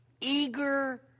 eager